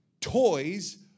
Toys